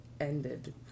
ended